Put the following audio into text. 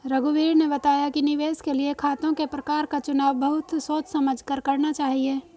रघुवीर ने बताया कि निवेश के लिए खातों के प्रकार का चुनाव बहुत सोच समझ कर करना चाहिए